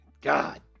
God